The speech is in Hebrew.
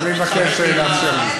אני מבקש לאפשר לי.